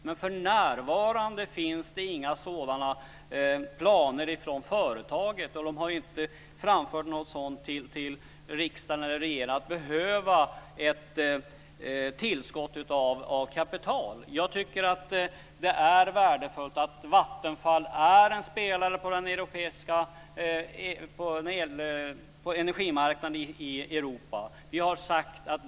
Men för närvarande finns det inga sådana planer från företaget. Man har inte framfört till riksdagen eller regeringen att det behövs ett tillskott av kapital. Det är värdefullt att Vattenfall är en spelare på energimarknaden i Europa.